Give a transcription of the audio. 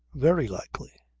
very likely.